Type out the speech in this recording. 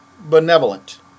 benevolent